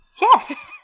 Yes